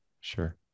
Sure